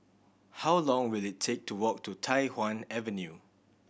how long will it take to walk to Tai Hwan Avenue